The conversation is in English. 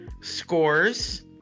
scores